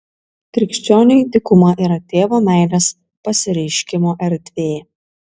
krikščioniui dykuma yra tėvo meilės pasireiškimo erdvė